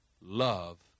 Love